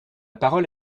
parole